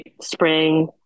spring